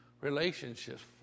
relationships